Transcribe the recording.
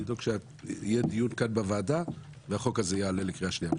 לבדוק שיהיה כאן דיון בוועדה והחוק הזה יעלה לקריאה שנייה ושלישית.